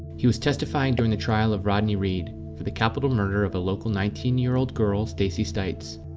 he was testifying during the trial of rodney reed for the capital murder of a local nineteen year old girl, stacey stites.